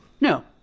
No